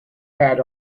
pad